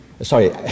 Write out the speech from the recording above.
sorry